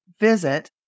visit